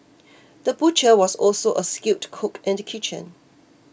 the butcher was also a skilled cook in the kitchen